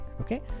okay